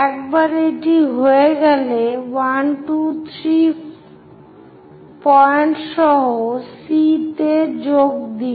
একবার এটি হয়ে গেলে 1 2 3 পয়েন্ট সহ C তে যোগ দিন